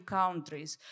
countries